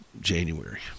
January